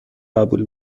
قبول